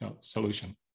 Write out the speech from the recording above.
solution